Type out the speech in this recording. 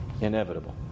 inevitable